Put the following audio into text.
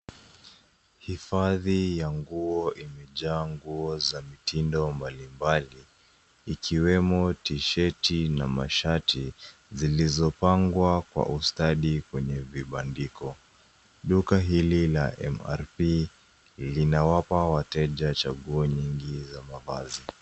Hifadhi ya nguo imejaa nguo za mitindo mbalimbali, ikiwemo tisheti na mashati zilizopangwa kwa ustadi kwenye vibandiko. Duka hili la MRP linawapa wateja chaguo nyingi za mavazi.